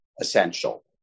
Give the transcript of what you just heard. essential